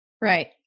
Right